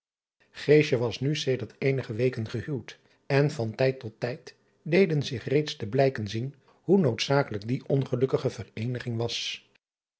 was nu sedert eenige weken gehuwd en van tijd tot tijd deden zich reeds de blijken zien hoe noodzakelijk die ongelukkige vereeniging was